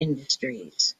industries